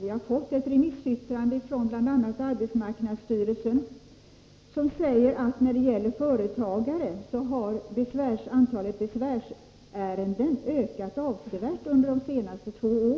Vi har fått remissyttrande från bl.a. arbetsmarknadsstyrelsen, som säger att när det gäller företagare har antalet besvärsärenden avsevärt ökat under de senaste två åren